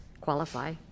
qualify